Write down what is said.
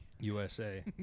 USA